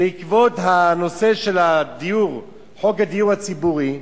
בעקבות הנושא של הדיור, חוק הדיור הציבורי,